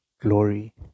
glory